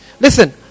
Listen